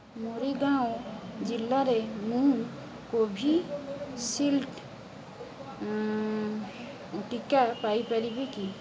ମୋରିଗାଓଁ ଜିଲ୍ଲାରେ ମୁଁ କୋଭିଶିଲଡ଼ ଟିକା ପାଇ ପାରିବି କି